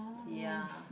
ya